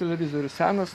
televizorius senas